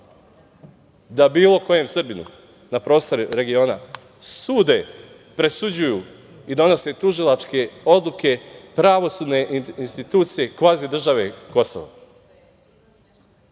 da bilo kojem Srbinu na prostoru regiona sude, presuđuju i donose tužilačke odluke pravosudne institucije kvazi države „Kosovo“,